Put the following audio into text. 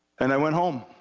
and i went home,